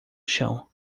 chão